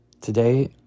Today